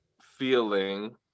feeling